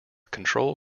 control